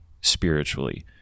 spiritually